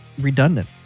redundant